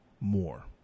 more